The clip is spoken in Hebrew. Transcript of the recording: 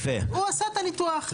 הוא עשה את הניתוח.